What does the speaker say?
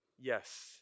Yes